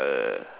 uh